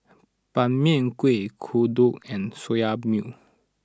Ban Mian Kueh Kodok and Soya Milk